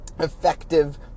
Effective